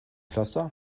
pflaster